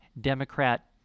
Democrat